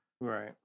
Right